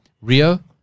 Rio